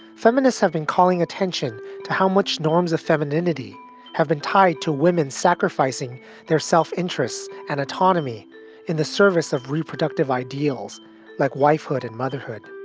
feminists have been calling attention to how much norms of femininity have been tied to women sacrificing their self interests and autonomy in the service of reproductive ideals like wifehood and motherhood.